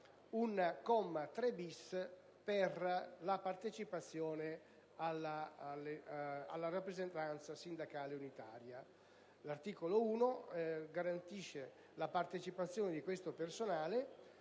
un comma 3-*bis* per la partecipazione alla rappresentanza sindacale unitaria; inoltre, garantisce la partecipazione del personale